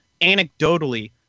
anecdotally